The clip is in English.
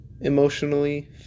Emotionally